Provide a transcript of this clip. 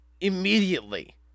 immediately